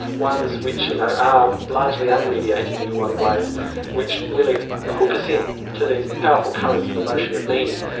ones which you know are largely unmediated in a lot of ways which really hook us in to these powerful currents of emotion and meaning,